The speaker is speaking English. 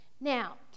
Now